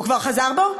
הוא כבר חזר בו?